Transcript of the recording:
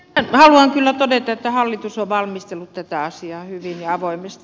sen haluan kyllä todeta että hallitus on valmistellut tätä asiaa hyvin ja avoimesti